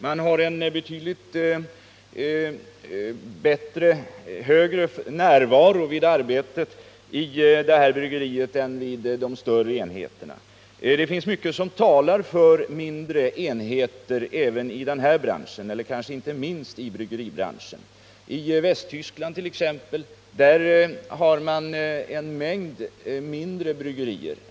Man har betydligt högre närvaro i arbetet vid det här bryggeriet än vid de större enheterna. Det finns mycket som talar för mindre enheter, inte minst i bryggeribranschen. I Västtyskland t.ex. har man en mängd mindre bryggerier.